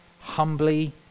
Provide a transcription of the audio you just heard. humbly